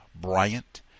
Bryant